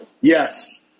Yes